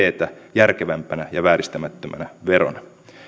järkevämpänä ja vääristämättömänä verona